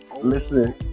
Listen